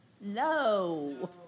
No